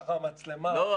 ככה המצלמה תיתן שוט --- לא,